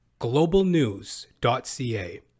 globalnews.ca